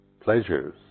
pleasures